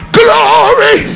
glory